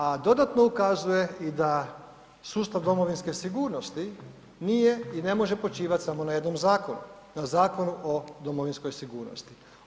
A dodatno ukazuje i da sustav domovinske sigurnosti nije i ne može počivat samo na jednom zakonu, na Zakonu o domovinskoj sigurnosti.